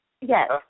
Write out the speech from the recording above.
Yes